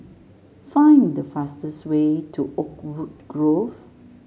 find the fastest way to Oakwood Grove